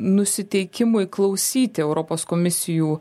nusiteikimui klausyti europos komisijų